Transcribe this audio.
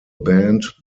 band